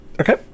Okay